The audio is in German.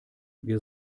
wir